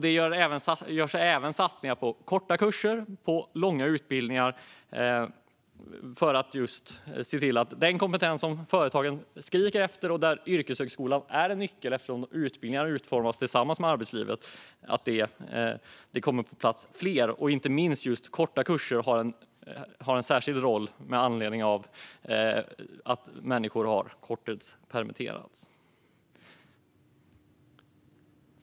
Det görs satsningar på korta kurser och på långa utbildningar, just för att se till att mer av den kompetens som företagen skriker efter kommer på plats. Här är yrkeshögskolan en nyckel eftersom utbildningarna utformas tillsammans med arbetslivet. Inte minst korta kurser har en särskild roll med anledning av att människor har korttidspermitterats.